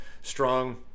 strong